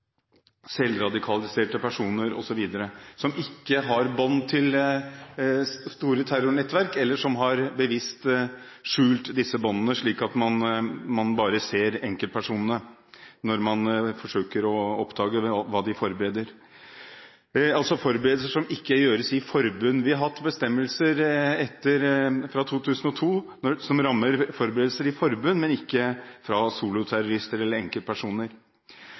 selvradikaliserte personer, osv. – som ikke har bånd til store terrornettverk, eller som har bevisst skjult disse båndene, slik at man bare ser enkeltpersonene når man forsøker å oppdage hva de forbereder – altså forberedelser som ikke gjøres i forbund. Vi har hatt bestemmelser fra 2002 som rammer forberedelser i forbund, men ikke soloterrorister eller enkeltpersoner.